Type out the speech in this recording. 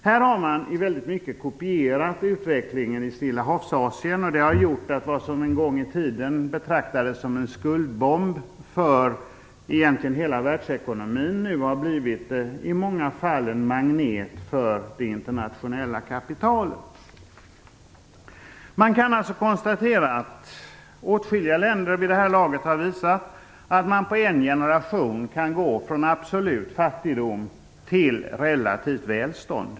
Här har man i väldigt mycket kopierat utvecklingen i Stillahavsasien, och det har gjort att det som en gång i tiden betraktades som en skuldbomb för egentligen hela världsekonomin nu i många fall har blivit en magnet för det internationella kapitalet. Man kan alltså konstatera att åtskilliga länder vid det här laget har visat att man på en generation kan gå från absolut fattigdom till relativt välstånd.